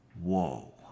whoa